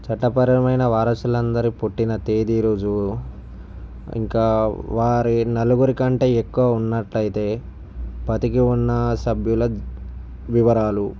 చట్టపరమైన వారసులు అందరి పుట్టిన తేదీ రుజువు ఇంకా వారి నలుగురి కంటే ఎక్కువ ఉన్నట్టు అయితే బతికి ఉన్న సభ్యుల వివరాలు